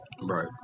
Right